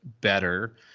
better